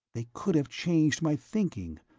they could have changed my thinking,